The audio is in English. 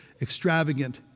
extravagant